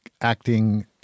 acting